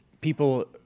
people